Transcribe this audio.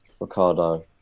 Ricardo